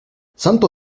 santo